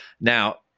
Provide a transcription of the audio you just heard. Now